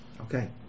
Okay